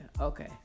Okay